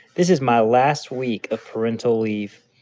this is my last week of parental leave.